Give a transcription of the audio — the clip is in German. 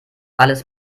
alles